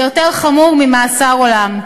ויותר חמור ממאסר עולם.